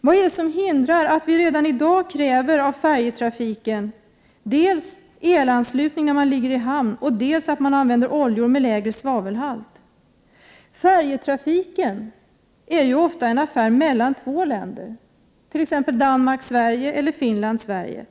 Varför skulle vi inte redan i dag kunna kräva av färjetrafiken dels att det finns elanslutning för de fartyg som ligger i hamn, dels att oljor med lägre svavelhalt används? Färjetrafiken är ju ofta en affär mellan två länder — t.ex. mellan Danmark och Sverige eller mellan Finland och Sverige.